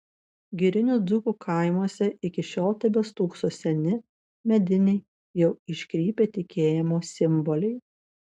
girinių dzūkų kaimuose iki šiol tebestūkso seni mediniai jau iškrypę tikėjimo simboliai